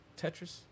Tetris